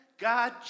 God